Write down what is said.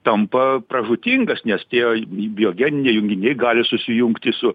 tampa pražūtingas nes tie biogeniniai junginiai gali susijungti su